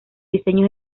diseños